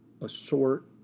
assort